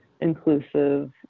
inclusive